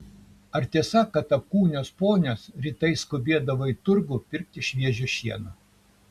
ar tiesa kad apkūnios ponios rytais skubėdavo į turgų pirkti šviežio šieno